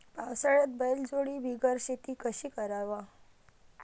पावसाळ्यात बैलजोडी बिगर शेती कशी कराव?